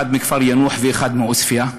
אחד מכפר יאנוח ואחד מעוספיא,